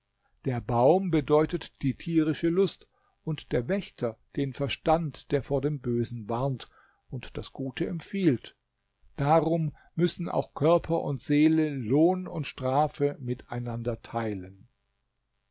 der baum bedeutet die tierische lust und der wächter den verstand der vor dem bösen warnt und das gute empfiehlt darum müssen auch körper und seele lohn und strafe miteinander teilen